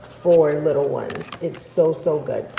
for little ones, it's so so good.